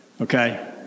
Okay